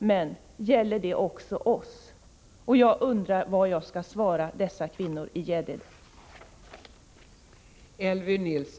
Men gäller det också oss?